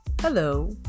Hello